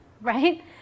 right